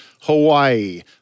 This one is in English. Hawaii